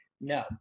No